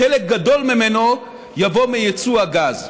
חלק גדול ממנו יבוא מיצוא הגז.